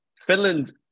Finland